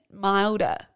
milder